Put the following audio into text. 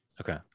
okay